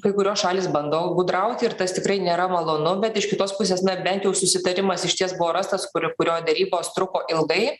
kai kurios šalys bando gudrauti ir tas tikrai nėra malonu bet iš kitos pusės na bent jau susitarimas išties buvo rastas kurio kurio derybos truko ilgai